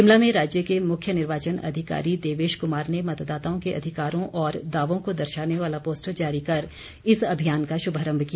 शिमला में राज्य के मुख्य निर्वाचन अधिकारी देवेश कुमार ने मतदाताओं के अधिकारों और दावों को दर्शाने वाला पोस्टर जारी कर इस अभियान का शुभारम्भ किया